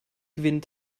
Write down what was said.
gewinnen